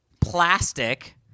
plastic